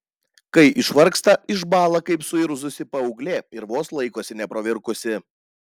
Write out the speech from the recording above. kai išvargsta išbąla kaip suirzusi paauglė ir vos laikosi nepravirkusi